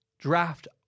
draft